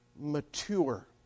mature